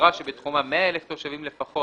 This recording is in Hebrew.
שבחברה שבתחומה 100 אלף תושבים לפחות